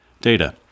Data